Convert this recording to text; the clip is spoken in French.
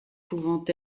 pouvant